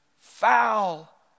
Foul